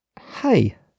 Hey